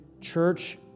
church